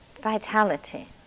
vitality